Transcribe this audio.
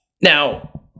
Now